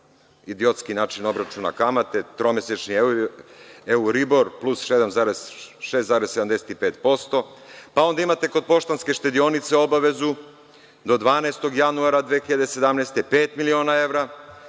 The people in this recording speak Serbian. idiotski način obračuna kamate tromesečni euroribor plus 6,75%.Onda imate kod Poštanske štedionice obavezu do 12. januara 2017. godine pet miliona evra,